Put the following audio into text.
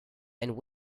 and